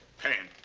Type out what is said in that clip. paying.